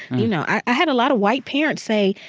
you know, i had a lot of white parents say,